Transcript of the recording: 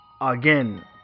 again